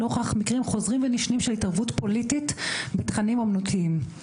נוכח מקרים חוזרים ונשנים של התערבות פוליטית בתכנים אומנותיים.